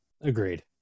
agreed